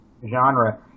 genre